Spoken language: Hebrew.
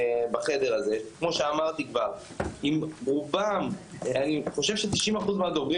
בחדר הזה אני חושב ש-90 אחוז מהדוברים